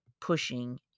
pushing